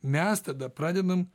mes tada pradedam